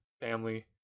family